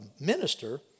minister